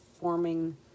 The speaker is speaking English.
forming